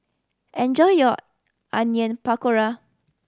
enjoy your Onion Pakora